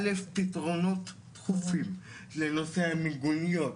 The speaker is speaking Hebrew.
א' פתרונות דחופים לנושא המיגוניות